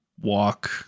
walk